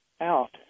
out